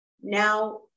now